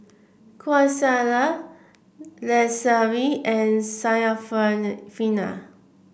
Qaisara Lestari and Syarafina